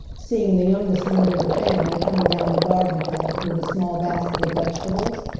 seeing the youngest member of the family coming down the garden path with the small basket of vegetables.